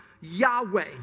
Yahweh